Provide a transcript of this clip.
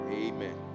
amen